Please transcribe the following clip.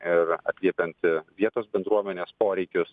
ir atliepiant vietos bendruomenės poreikius